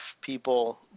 people